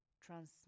transmit